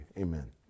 amen